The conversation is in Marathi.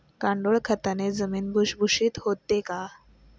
गांडूळ खताने जमीन भुसभुशीत होते का?